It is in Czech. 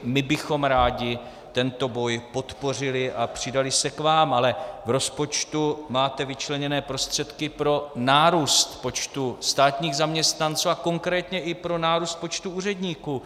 My bychom rádi tento boj podpořili a přidali se k vám, ale v rozpočtu máte vyčleněné prostředky pro nárůst počtu státních zaměstnanců a konkrétně i pro nárůst počtu úředníků.